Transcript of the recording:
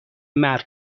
مرگ